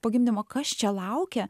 po gimdymo kas čia laukia